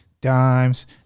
Dimes